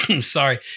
sorry